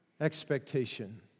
expectation